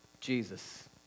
Jesus